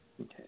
Okay